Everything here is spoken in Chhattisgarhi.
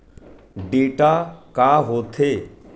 डेटा का होथे?